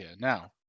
now